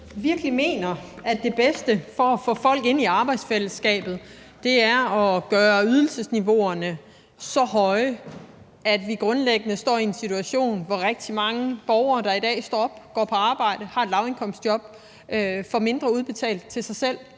mener, at det bedste for at få folk ind i arbejdsfællesskabet er at gøre ydelsesniveauerne så høje, at vi grundlæggende står i en situation, hvor rigtig mange borgere, der i dag står op, går på arbejde, har et lavindkomstjob, får mindre udbetalt til sig selv